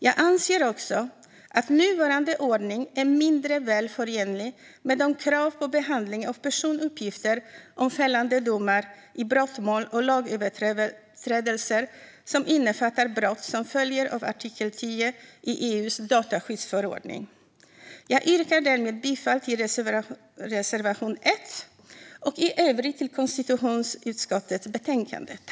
Jag anser också att nuvarande ordning är mindre väl förenlig med de krav på behandling av personuppgifter om fällande domar i brottmål och lagöverträdelser som innefattar brott som följer av artikel 10 i EU:s dataskyddsförordning. Jag yrkar därmed bifall till reservation 1 och i övrigt till utskottets förslag i betänkandet.